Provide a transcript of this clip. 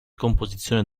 composizione